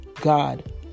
God